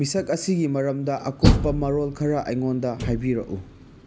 ꯃꯤꯁꯛ ꯑꯁꯤꯒꯤ ꯃꯔꯝꯗ ꯑꯀꯨꯞꯄ ꯃꯔꯣꯜ ꯈꯔ ꯑꯩꯉꯣꯟꯗ ꯍꯥꯏꯕꯤꯔꯛꯎ